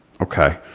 Okay